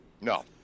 No